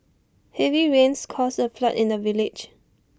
heavy rains caused A flood in the village